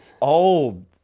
old